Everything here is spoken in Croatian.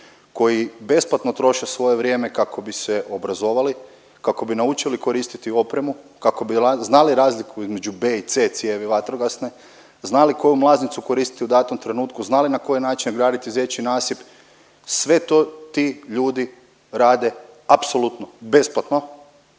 koji besplatno troše svoje vrijeme kako bi se obrazovali, kako bi naučili koristiti opremu, kako bi znali razliku između B i C cijevi vatrogasne, znali koju mlaznicu koristiti u datom trenutku, znali na koji način graditi zečji nasip sve to ti ljudi rade apsolutno besplatno